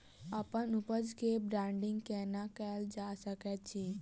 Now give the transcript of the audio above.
अप्पन उपज केँ ब्रांडिंग केना कैल जा सकैत अछि?